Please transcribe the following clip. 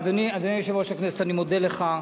אדוני יושב-ראש הכנסת, אני מודה לך.